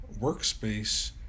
workspace